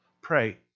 Pray